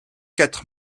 quatre